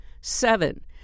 Seven